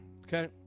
Okay